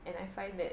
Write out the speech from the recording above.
and I find that